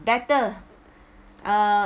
better uh